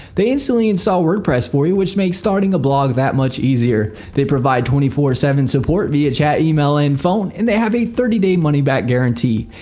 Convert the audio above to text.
they instantly install wordpress for you which makes starting a blog that much easier. they provide twenty four seven support via chat, email, and phone. and they have a thirty day money back guarantee.